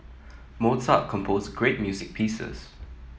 Mozart composed great music pieces